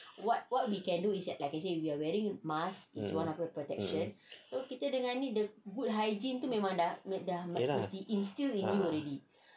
ya lah ah